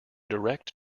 direct